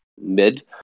mid